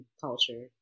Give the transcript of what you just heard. culture